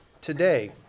Today